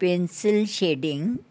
pencil shedding